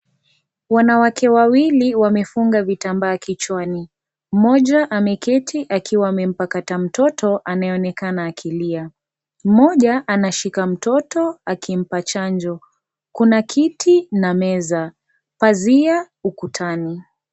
Wanawake wawili wamefunga vitambaa kichwani, mmoja ameketi akiwa amempakata mtoto anayeonekana akilia,.Mmoja anashika mtoto akimpa chanjo, kuna kiti na meza, pazia ukutani.